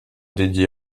dédié